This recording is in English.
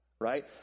right